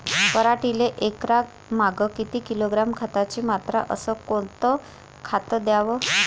पराटीले एकरामागं किती किलोग्रॅम खताची मात्रा अस कोतं खात द्याव?